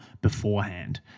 beforehand